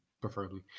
preferably